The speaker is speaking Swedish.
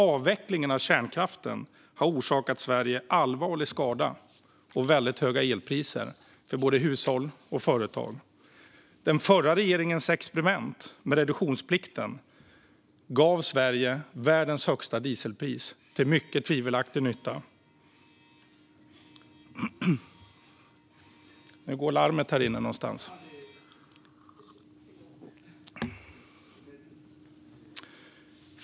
Avvecklingen av kärnkraften har orsakat Sverige allvarlig skada och väldigt höga elpriser för både hushåll och företag. Den förra regeringens experiment med reduktionsplikten gav Sverige världens högsta dieselpris, till mycket tvivelaktig nytta.